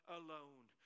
alone